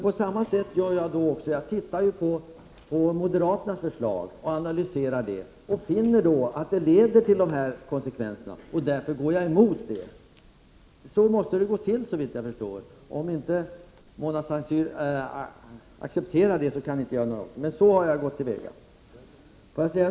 På samma sätt analyserar jag förslag från moderaterna och finner att de leder till de konsekvenser som jag har nämnt. Därför går jag emot deras förslag. Så går det till, och om Mona Saint Cyr inte accepterar det kan jag inte göra något åt saken.